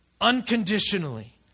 unconditionally